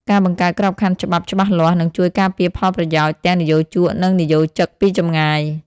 ការបង្កើតក្របខ័ណ្ឌច្បាប់ច្បាស់លាស់ នឹងជួយការពារផលប្រយោជន៍ទាំងនិយោជក និងនិយោជិតពីចម្ងាយ។